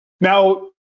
Now